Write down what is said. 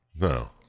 No